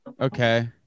okay